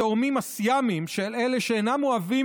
התאומים הסיאמיים של אלה שאינם אוהבים